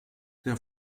der